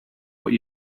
what